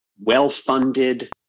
well-funded